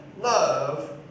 Love